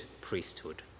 priesthood